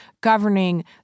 governing